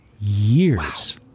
years